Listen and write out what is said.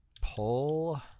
pull